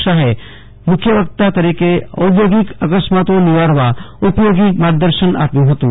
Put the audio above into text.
શાહે મુખ્યવક્તા તરીકે ઔદ્યોગિક અકસ્માતો નિવારવા ઉપયોગી માર્ગદર્શન આપ્યું હતું